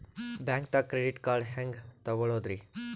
ಬ್ಯಾಂಕ್ದಾಗ credit card ಹೆಂಗ್ ತಗೊಳದ್ರಿ?